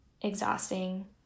exhausting